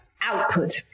output